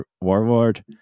warlord